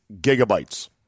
gigabytes